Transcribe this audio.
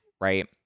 right